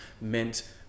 meant